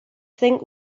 think